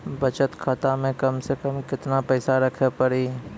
बचत खाता मे कम से कम केतना पैसा रखे पड़ी?